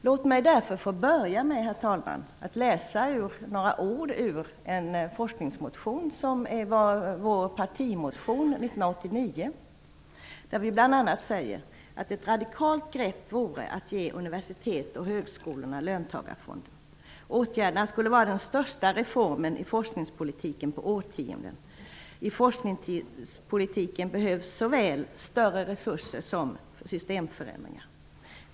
Låt mig därför få börja med, herr talman, att läsa upp några ord ur en forskningsmotion som var vår partimotion år 1989: Ett radikalt grepp vore att ge universitet och högskolor löntagarfonderna. Åtgärden skulle vara den största reformen i forskningspolitiken på årtionden. I forskningspolitiken behövs såväl större resurser som systemförändringar.